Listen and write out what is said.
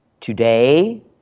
Today